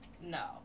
No